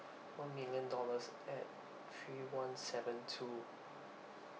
one million dollars at three one seven two